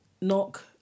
knock